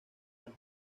los